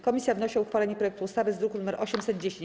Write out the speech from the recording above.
Komisja wnosi o uchwalenie projektu ustawy z druku nr 810.